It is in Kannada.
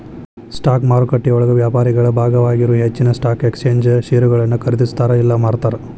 ಸ್ಟಾಕ್ ಮಾರುಕಟ್ಟೆಯೊಳಗ ವ್ಯಾಪಾರಿಗಳ ಭಾಗವಾಗಿರೊ ಹೆಚ್ಚಿನ್ ಸ್ಟಾಕ್ ಎಕ್ಸ್ಚೇಂಜ್ ಷೇರುಗಳನ್ನ ಖರೇದಿಸ್ತಾರ ಇಲ್ಲಾ ಮಾರ್ತಾರ